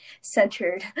centered